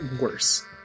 worse